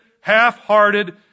half-hearted